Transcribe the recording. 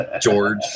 George